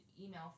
email